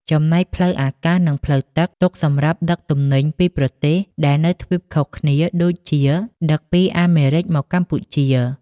ចំណែកផ្លូវអាកាស និងផ្លូវទឹក ទុក សម្រាប់ដឹកទំនិញពីប្រទេសដែលនៅទ្វីបខុសគ្នាដូចជាដឹកពីអាមេរិកមកកម្ពុជា។